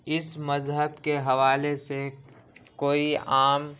اس مذہب کے حوالے سے کوئی عام